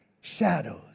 shadows